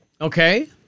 Okay